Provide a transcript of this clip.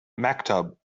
maktub